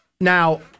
Now